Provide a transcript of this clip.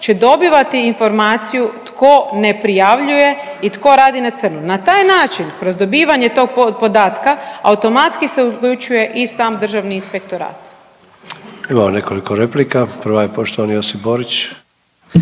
će dobivati informaciju tko ne prijavljuje i tko radi na crno. Na taj način kroz dobivanje tog podatka, automatski se uključuje i sam Državni inspektorat. **Sanader, Ante (HDZ)** Imamo nekoliko replika, prva je poštovani Josip Borić.